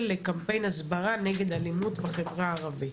לקמפיין הסברה נגד אלימות בחברה הערבית.